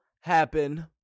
happen